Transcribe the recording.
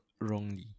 wrongly